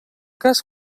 cas